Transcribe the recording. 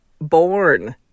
born